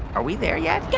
are we there yet? guy